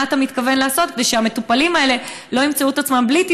מה אתה מתכוון לעשות כדי שהמטופלים האלה לא ימצאו את עצמם בלי טיפול?